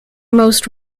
most